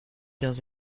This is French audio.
dans